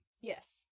Yes